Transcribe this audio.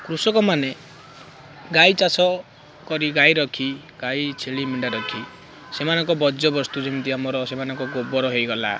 କୃଷକମାନେ ଗାଈ ଚାଷ କରି ଗାଈ ରଖି ଗାଈ ଛେଳିମିଣ୍ଡା ରଖି ସେମାନଙ୍କ ବଜ୍ୟ ବସ୍ତୁ ଯେମିତି ଆମର ସେମାନଙ୍କ ଗୋବର ହୋଇଗଲା